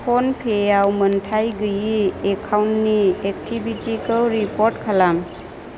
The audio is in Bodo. फ'नपेआव मोनथाय गैयि एकाउन्टनि एक्टिभिटिखौ रिपर्ट खालाम